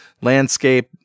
landscape